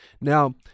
Now